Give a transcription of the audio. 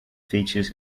features